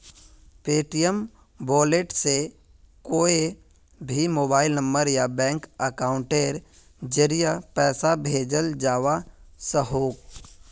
Paytm wallet से कोए भी मोबाइल नंबर या बैंक अकाउंटेर ज़रिया पैसा भेजाल जवा सकोह